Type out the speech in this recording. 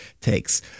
takes